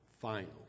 final